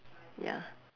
ya